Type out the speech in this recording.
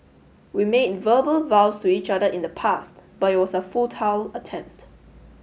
we made verbal vows to each other in the past but it was a futile attempt